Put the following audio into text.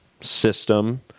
system